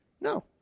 No